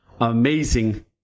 amazing